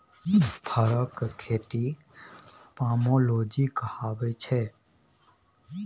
फरक खेती पामोलोजी कहाबै छै